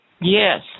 Yes